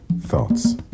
Thoughts